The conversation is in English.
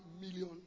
million